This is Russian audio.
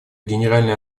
генеральная